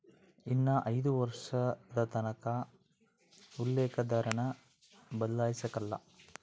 ಇನ್ನ ಐದು ವರ್ಷದತಕನ ಉಲ್ಲೇಕ ದರಾನ ಬದ್ಲಾಯ್ಸಕಲ್ಲ